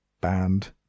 band